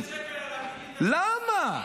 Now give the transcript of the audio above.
למה?